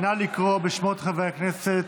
נא לקרוא בשמות חברי הכנסת.